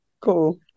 cool